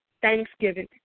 Thanksgiving